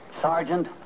Sergeant